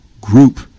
group